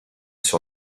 sur